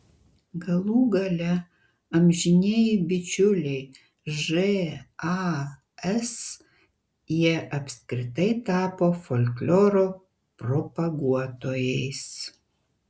galų gale amžinieji bičiuliai žas jie apskritai tapo folkloro propaguotojais